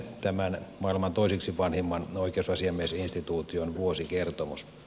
tämän maailman toiseksi vanhimman oikeusasiamiesinstituution vuosikertomus